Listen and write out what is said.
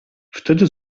wtedy